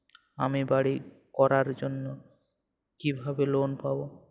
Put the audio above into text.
আমি বাড়ি করার জন্য কিভাবে লোন পাব?